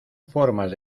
formas